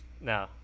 no